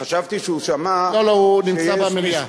חשבתי שהוא שמע שיש, לא לא, הוא נמצא במליאה.